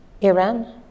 Iran